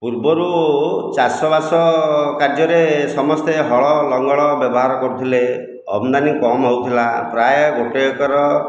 ପୂର୍ବରୁ ଚାଷ ବାସ କାର୍ଯ୍ୟରେ ସମସ୍ତେ ହଳ ଲଙ୍ଗଳ ବ୍ୟବହାର କରୁଥିଲେ ଆମଦାନୀ କମ୍ ହେଉଥିଲା ପ୍ରାୟ ଗୋଟେ ଏକର